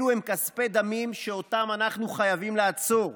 אלו הם כספי דמים שאותם אנחנו חייבים לעצור.